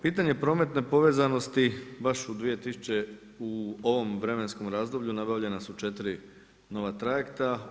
Pitanje prometne povezanosti baš u ovom vremenskom razdoblju nabavljena su 4 nova trajekta.